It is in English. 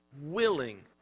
willing